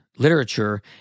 Literature